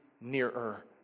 nearer